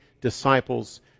disciples